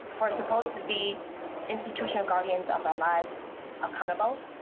we're supposed to be institutional guardians of our lives accountable.